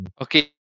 Okay